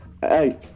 Hey